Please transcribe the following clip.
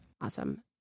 Awesome